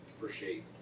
appreciate